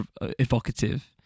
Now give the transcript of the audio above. evocative